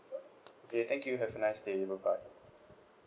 okay thank you have a nice day bye bye